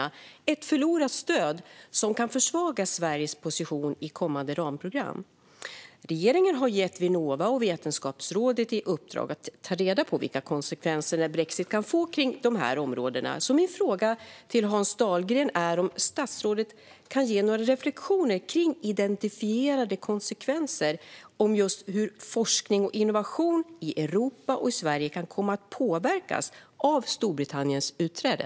Det är ett förlorat stöd som kan försvaga Sveriges position i kommande ramprogram. Regeringen har gett Vinnova och Vetenskapsrådet i uppdrag att ta reda på vilka konsekvenser brexit kan få på dessa områden. Min fråga till Hans Dahlgren är: Kan statsrådet ge några reflektioner kring identifierade konsekvenser? Hur kan forskning och innovation i Europa och i Sverige komma att påverkas av Storbritanniens utträde?